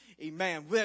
Amen